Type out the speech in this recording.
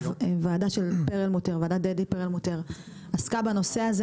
ועדת דדי פרלמוטר עסקה בנושא הזה.